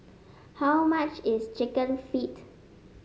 how much is chicken feet